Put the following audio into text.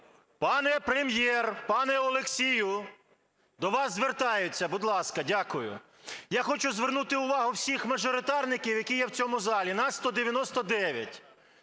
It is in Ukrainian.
пане Прем'єр, пане Олексію, до вас звертаються, будь ласка! Дякую Я хочу звернути увагу всіх мажоритарників, які є в цьому залі, нас 199.